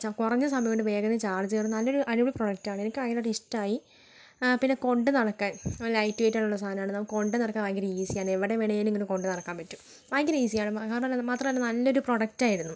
ചാ കുറഞ്ഞ സമയം കൊണ്ട് വേഗന്ന് ചാർജ് കയറും നല്ലൊരു അടിപൊളി പ്രൊഡക്റ്റ് ആണ് എനിക്ക് ഭയങ്കരമായിട്ട് ഇഷ്ട്മായി ആ പിന്നെ കൊണ്ട് നടക്കാൻ ലൈറ്റ് വെയിറ്റ് ആയിട്ടുള്ള സാധനമാണ് നമുക്ക് കൊണ്ട് നടക്കാൻ ഭയങ്കര ഈസി ആണ് എവിടെ വേണമെങ്കിലും ഇങ്ങനെ കൊണ്ട് നടക്കാൻ പറ്റും ഭയങ്കര ഈസി ആണ് കാരണം അല്ല അത് മാത്രമല്ല നല്ലൊരു പ്രൊഡക്റ്റ് ആയിരുന്നു